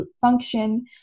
function